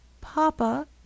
Papa